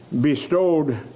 bestowed